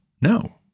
No